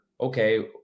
okay